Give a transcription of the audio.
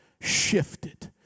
shifted